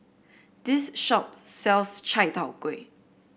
this shop sells Chai Tow Kway